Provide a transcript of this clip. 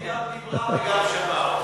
שלי גם דיברה וגם שמעה אותך.